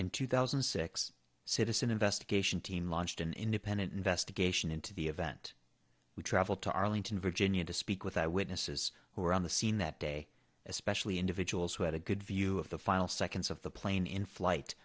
in two thousand and six citizen investigation team launched an independent investigation into the event we traveled to arlington virginia to speak with eyewitnesses who were on the scene that day especially individuals who had a good view of the final seconds of the plane in flight